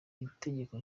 itegeko